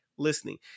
listening